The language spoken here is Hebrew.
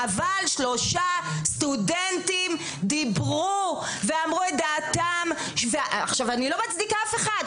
אבל שלושה מרצים דיברו ואמרו את דעתם ועכשיו אני לא מצדיקה אף אחד,